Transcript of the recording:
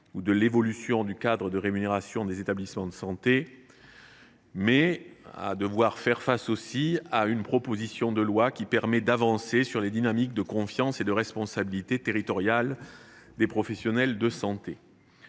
et de l’évolution du cadre de rémunération des établissements de santé ; d’autre part, cette proposition de loi, qui permet d’avancer sur le sujet des dynamiques de confiance et de responsabilité territoriale des professionnels de santé.